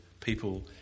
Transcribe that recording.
people